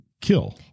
kill